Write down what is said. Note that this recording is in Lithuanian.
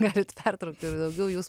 matyt pertraukiau ir daugiau jūs